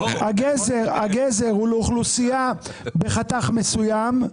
הגזר הוא לאוכלוסייה בחתך מסוים,